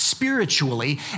Spiritually